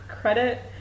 credit